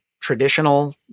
traditional